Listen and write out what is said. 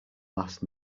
last